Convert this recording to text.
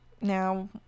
now